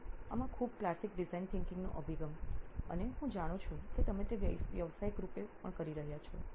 તેથી આમાં ખૂબ ક્લાસિક ડિઝાઇન વિચારસરણી નો અભિગમ અને હું જાણું છું કે તમે તે વ્યવસાયિક રૂપે પણ કરી રહ્યાં છો